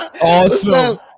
awesome